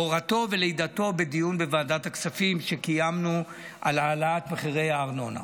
הורתו ולידתו בדיון בוועדת הכספים שקיימנו על העלאת מחירי הארנונה.